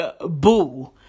boo